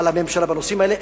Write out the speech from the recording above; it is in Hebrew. על הממשלה בנושאים האלה,